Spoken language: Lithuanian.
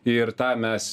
ir tą mes